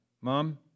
Mom